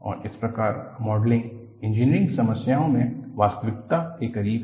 और इस प्रकार मॉडलिंग इंजीनियरिंग समस्याओं में वास्तविकता के करीब है